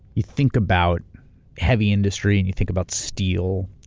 you think about heavy industry and you think about steel,